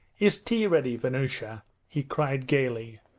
is tea ready, vanyusha he cried gaily,